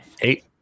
Eight